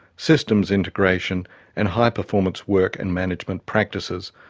systems integration and high performance work and management practices,